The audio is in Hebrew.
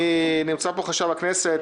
נמצא פה חשב הכנסת.